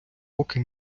поки